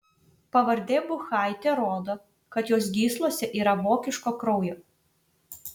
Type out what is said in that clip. pavardė buchaitė rodo kad jos gyslose yra vokiško kraujo